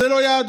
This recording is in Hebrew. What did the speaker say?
זו לא יהדות.